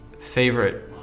favorite